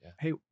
hey